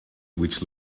which